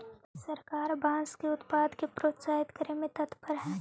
सरकार बाँस के उत्पाद के प्रोत्साहित करे में तत्पर हइ